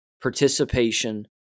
participation